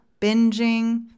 binging